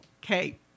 okay